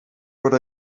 what